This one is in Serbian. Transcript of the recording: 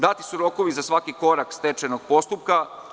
Dati su rokovi za svaki korak stečajnog postupka.